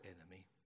enemy